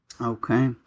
Okay